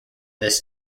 this